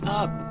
up